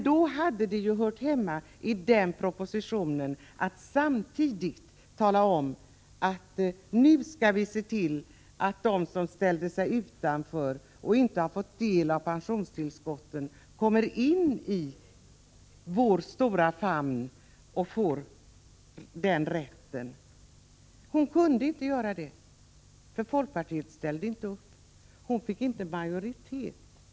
Det hade hört hemma i den proposition som hon stod för att tala om att man skulle se till att de som ställde sig utanför ATP och inte hade fått del av pensionstillskotten skulle komma in i den stora famnen och få den rätten. Karin Söder kunde inte göra detta, för folkpartiet ställde inte upp; hon fick inte majoritet för det förslaget.